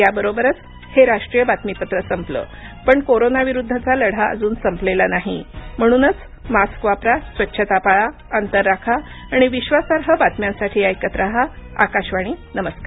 याबरोबरच हे राष्ट्रीय बातमीपत्र संपलं पण कोरोना विरुद्धचा लढा अजून संपलेला नाही म्हणूनच मास्क वापरा स्वच्छता पाळा अंतर राखा आणि विक्वासार्ह बातम्यांसाठी ऐकत रहा आकाशवाणी नमस्कार